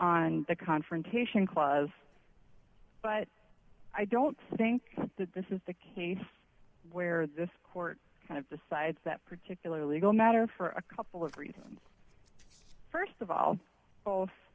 on the confrontation clause but i don't think that this is the case where this court kind of decides that particular legal matter for a couple of reasons st of all both